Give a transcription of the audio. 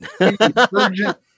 Urgent